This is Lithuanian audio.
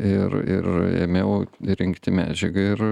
ir ir ėmiau rinkti medžiagą ir